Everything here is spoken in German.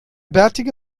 bärtige